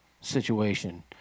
situation